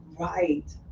right